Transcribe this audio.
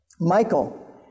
Michael